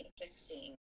interesting